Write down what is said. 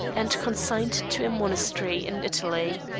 and consigned to a monastery in italy.